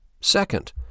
Second